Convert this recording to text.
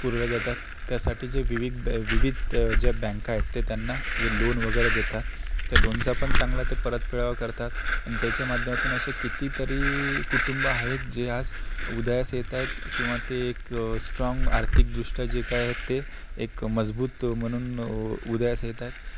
पुरवले जातात त्यासाठी जे विविध विविध ज्या बँका आहेत ते त्यांना जे लोन वगैरे देतात त्या लोनचा पण चांगला ते परतफेडावा करतात अन त्याच्या माध्यमातून असे कितीतरी कुटुंब आहेत जे आज उदयास येत आहेत किंवा ते एक स्ट्राँग आर्थिकदृष्ट्या जे काय आहे ते एक मजबूत म्हणून उदयास येत आहेत